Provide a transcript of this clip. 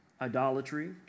idolatry